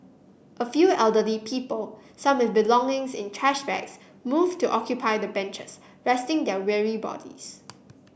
a few elderly people some with belongings in trash bags moved to occupy the benches resting their weary bodies